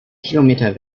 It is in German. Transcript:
kilometer